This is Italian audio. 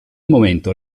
momento